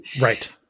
Right